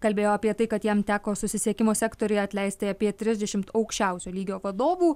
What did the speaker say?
kalbėjo apie tai kad jam teko susisiekimo sektoriuje atleisti apie trisdešimt aukščiausio lygio vadovų